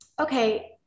okay